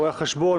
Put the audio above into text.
רואי החשבון,